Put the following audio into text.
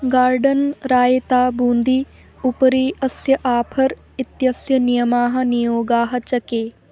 garden raita boondi उपरि अस्य आपर् इत्यस्य नियमाः नियोगाः च के